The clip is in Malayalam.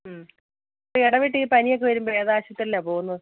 ഇടവിട്ട് ഈ പനിയൊക്കെ വരുമ്പോഴേ ഏതാശുപത്രീലാണ് പോകുന്നത്